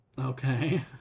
Okay